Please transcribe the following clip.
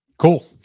Cool